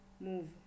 move